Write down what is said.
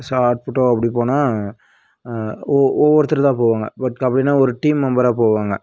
ஷாட்புட்டோ அப்படி போனால் ஒவ் ஒவ்வொருத்தர் தான் போவாங்க பட் கபடின்னா ஒரு டீம் மெம்பராக போவாங்க